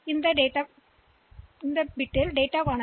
எனவே இது தொடர் வெளியீட்டு டேட்டாக்கானது